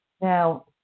Now